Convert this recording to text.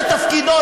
זה תפקידו,